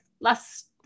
last